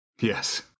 Yes